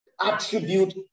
attribute